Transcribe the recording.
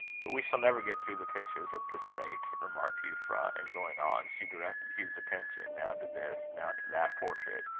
but we shall never get through the pictures at this rate, remarked euphra and going on, she directed hugh's attention now to this, now to that portrait,